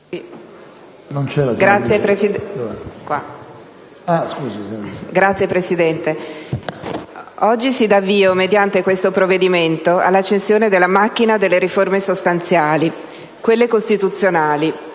senatori, oggi si dà avvio, mediante questo provvedimento, all'accensione della macchina delle riforme sostanziali, quelle costituzionali,